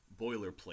boilerplate